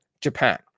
Japan